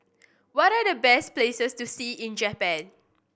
what are the best places to see in Japan